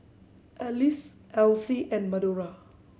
Alex Alcie and Madora